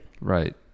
Right